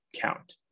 count